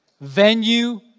venue